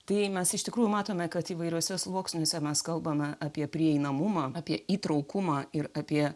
tai mes iš tikrųjų matome kad įvairiuose sluoksniuose mes kalbame apie prieinamumą apie įtraukumą ir apie